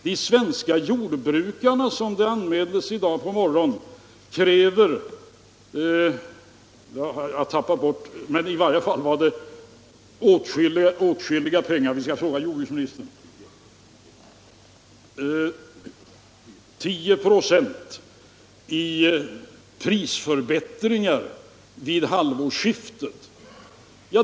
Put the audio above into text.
De svenska jordbrukarna kräver, som det anmäldes i dag på morgonen, åtskilliga pengar — jordbruksministern säger att det rör sig om 10 96 — i prisförbättringar vid halvårsskiftet.